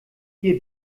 ihr